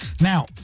now